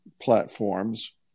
platforms